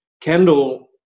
Kendall